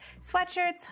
sweatshirts